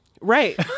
right